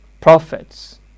prophets